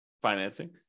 financing